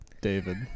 David